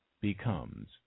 becomes